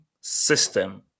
system